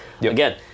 again